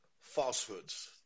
falsehoods